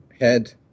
head